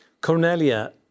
Cornelia